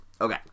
Okay